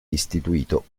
istituito